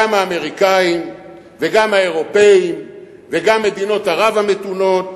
גם האמריקנים וגם האירופים וגם מדינות ערב המתונות,